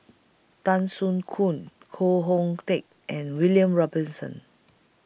Tan Soo Khoon Koh Hoon Teck and William Robinson